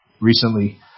recently